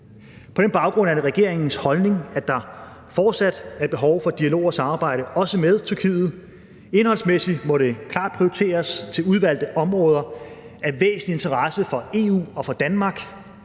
På den baggrund er det regeringens holdning, at der fortsat er behov for dialog og samarbejde også med Tyrkiet. Indholdsmæssigt må det klart prioriteres til udvalgte områder af væsentlig interesse for EU og for Danmark,